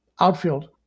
Outfield